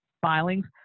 filings